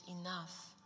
enough